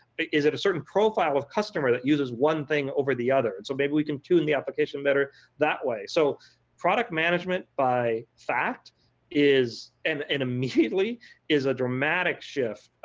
is it a certain profile of customer that uses one thing over the other, and so maybe we can tune the application better that way. so product management by fact is and and immediately a dramatic shift,